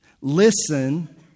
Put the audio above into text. listen